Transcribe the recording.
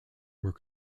were